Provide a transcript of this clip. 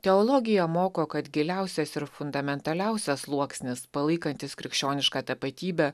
teologija moko kad giliausias ir fundamentaliausias sluoksnis palaikantis krikščionišką tapatybę